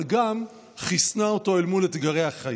אבל גם חיסנה אותו אל מול אתגרי החיים.